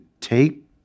take